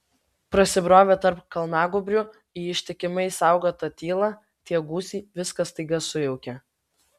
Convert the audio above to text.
prasibrovę tarp kalnagūbrių į ištikimai saugotą tylą tie gūsiai viską staiga sujaukė